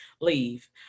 leave